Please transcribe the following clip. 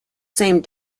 same